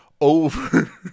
over